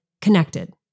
connected